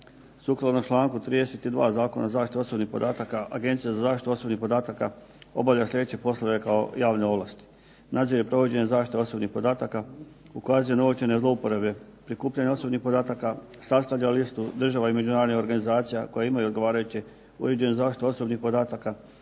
Sukladno čl. 32. Zakona o zaštiti osobnih podataka Agencija za zaštitu osobnih podataka obavlja sljedeće poslove kao javne ovlasti: nadzire provođenje zaštite osobnih podataka, ukazuje na novčane zlouporabe prikupljanjem osobnih podataka, sastavlja listu država i međunarodnih organizacija koje imaju odgovarajuće … /Govornik se ne razumije./… osobnih podataka,